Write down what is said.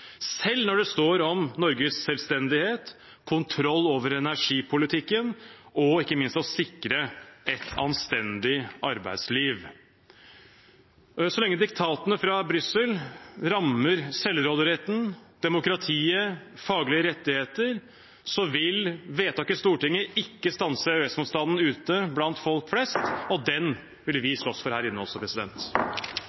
selv når det står om Norges selvstendighet, kontroll over energipolitikken og ikke minst å sikre et anstendig arbeidsliv. Så lenge diktatene fra Brussel rammer selvråderetten, demokratiet og faglige rettigheter, vil vedtak i Stortinget ikke stanse EØS-motstanden ute blant folk flest, og den vil vi